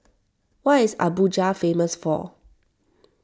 what is Abuja famous for